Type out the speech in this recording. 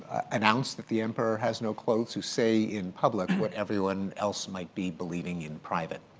announce that the emperor has no clothes, who say in public what everyone else might be believing in private.